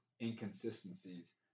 inconsistencies